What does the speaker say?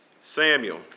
Samuel